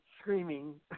Screaming